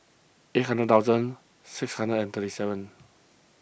eight hundred thousand six hundred and thirty seven